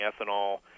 ethanol